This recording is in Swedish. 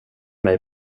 mig